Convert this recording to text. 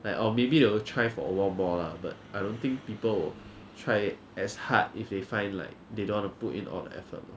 like or maybe they will try for a while more lah but I don't think people will try as hard if they find like they don't want to put in all the effort lor